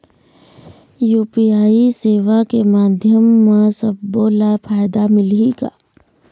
UPI सेवा के माध्यम म सब्बो ला फायदा मिलही का?